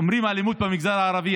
אומרים "האלימות במגזר הערבי",